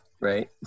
right